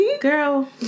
girl